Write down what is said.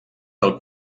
del